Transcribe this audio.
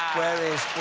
where is